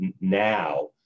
now